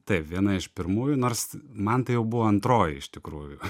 taip viena iš pirmųjų nors man tai jau buvo antroji iš tikrųjų